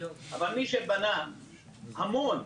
אבל מי שבנה המון,